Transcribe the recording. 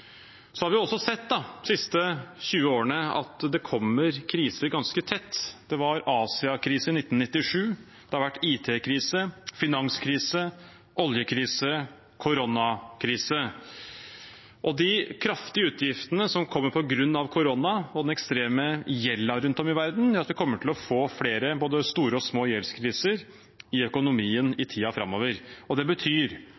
Så har vi også sett de siste 20 årene at det kommer kriser ganske tett. Det var Asia-krise i 1997, det har vært IT-krise, finanskrise, oljekrise og koronakrise. De kraftige utgiftene som kommer på grunn av korona, og den ekstreme gjelden rundt om i verden, gjør at vi kommer til å få flere både store og små gjeldskriser i økonomien